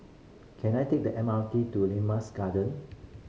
can I take the M R T to Lima's Garden